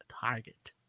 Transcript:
target